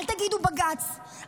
אל תגידו בג"ץ,